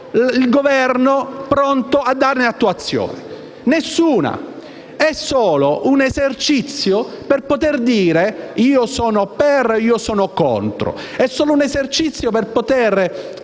il Governo pronto a darne attuazione. Nessuna. È solo un esercizio per poter dire: io sono a favore, io sono contro; è solo un esercizio per poter